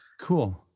Cool